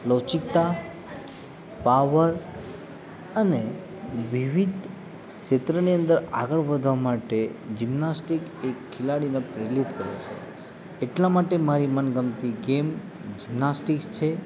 લવચિકતા power અને વિવિધ ક્ષેત્રની અંદર આગળ વધવા માટે જિમ્નાસ્ટીક એક ખેલાડીને પ્રેરિત કરે છે એટલા માટે મારી મનગમતી ગેમ જિમ્નાસ્ટીકસ છે